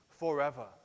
Forever